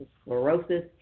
sclerosis